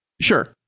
sure